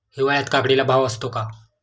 हिवाळ्यात काकडीला भाव असतो का?